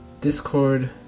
Discord